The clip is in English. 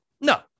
No